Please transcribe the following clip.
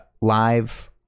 live